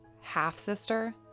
half-sister